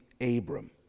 Abram